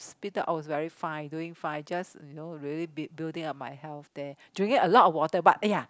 hospital I was very fine doing fine just you know really b~ building up my health there drinking a lot of water but !aiya!